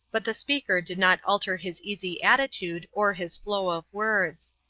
but the speaker did not alter his easy attitude or his flow of words.